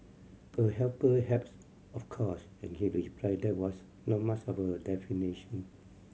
a helper helps of course and he replied that was not much of a definition